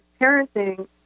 parenting